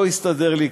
לא הסתדר לי,